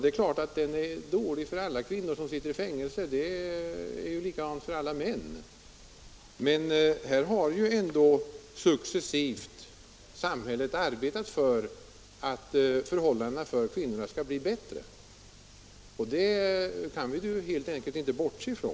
Det är klart att den är dålig för alla kvinnor som sitter i fängelse. Det är ju likadant för männen. Men man kan inte bortse ifrån att samhället ändå successivt har arbetat för att förhållandena för kvinnorna skall bli bättre.